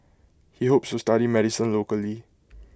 he hopes to study medicine locally